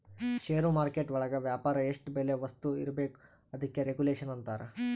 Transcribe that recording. ಷೇರು market ಒಳಗ ವ್ಯಾಪಾರ ಎಷ್ಟ್ ಬೆಲೆ ವಸ್ತು ಇರ್ಬೇಕು ಅದಕ್ಕೆ ರೆಗುಲೇಷನ್ ಅಂತರ